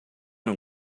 não